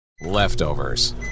leftovers